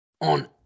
on